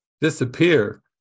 disappear